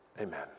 amen